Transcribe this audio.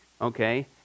Okay